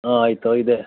ಹಾಂ ಆಯಿತು ಇದೆ